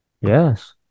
Yes